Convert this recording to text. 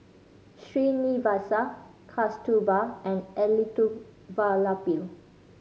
Srinivasa Kasturba and Elattuvalapil